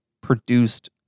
produced